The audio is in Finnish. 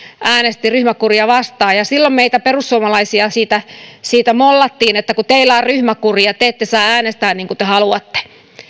äänesti ryhmäkuria vastaan silloin meitä perussuomalaisia siitä siitä mollattiin että teillä on ryhmäkuri ja te ette saa äänestää niin kuin te haluatte